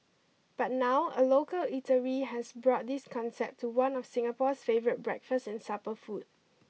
but now a local eatery has brought this concept to one of Singapore's favourite breakfast and supper food